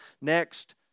Next